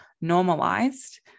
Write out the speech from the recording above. normalized